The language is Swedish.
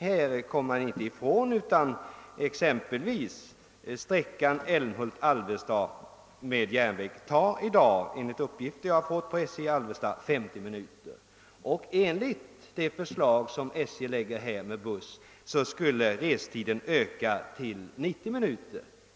Här kommer man inte ifrån att exempelvis sträckan Älmhult—Alvesta med tåg i dag enligt uppgift som jag har fått hos SJ i Alvesta tar 50 minuter. Enligt det förslag med busstrafik som SJ framlagt skulle restiden öka till 90 minuter.